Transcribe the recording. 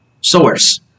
source